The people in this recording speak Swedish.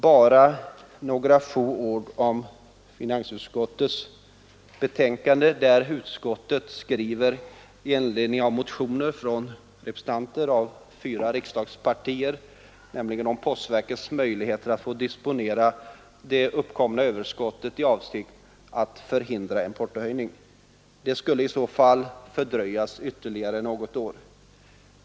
Bara några få ord om finansutskottets betänkande, där utskottet behandlar motioner från representanter för fyra riksdagspartier och som handlar om postverkets möjligheter att få disponera det uppkomna överskottet i avsikt att förhindra en portohöjning. Den skulle i så fall fördröjas ytterligare något år.